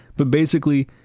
but basically,